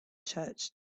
church